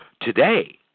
today